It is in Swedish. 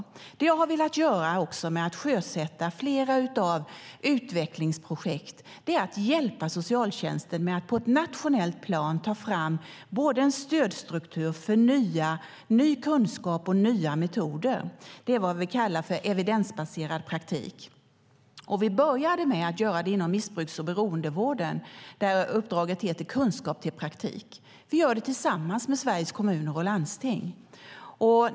Det som jag har velat göra genom att sjösätta flera utvecklingsprojekt är att hjälpa socialtjänsten att på ett nationellt plan ta fram både en stödstruktur för ny kunskap och för nya metoder. Det är vad vi kallar för evidensbaserad praktik. Vi började med att göra det inom missbruks och beroendevården där uppdraget heter Kunskap till praktik . Vi gör det tillsammans med Sveriges Kommuner och Landsting.